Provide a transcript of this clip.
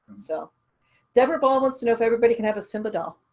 so deborah ball wants to know if everybody can have a simba doll.